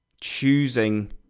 Choosing